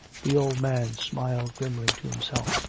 the old man smiled grimly to himself.